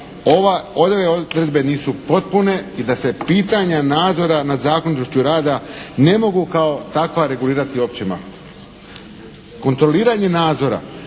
ove odredbe nisu potrebne i da se pitanje nadzora nad zakonitošću rada ne mogu kao takva regulirati općim aktom. Kontroliranje nadzora